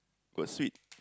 got sweet